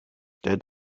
der